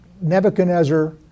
Nebuchadnezzar